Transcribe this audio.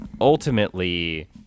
ultimately